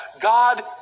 God